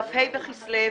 כ״ה בכסלו,